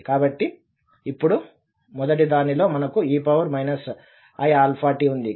కాబట్టి ఇప్పుడు మొదటిదానిలో మనకు e iαt ఉంది